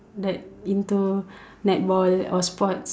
that into netball or sports